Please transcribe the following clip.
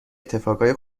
اتفاقای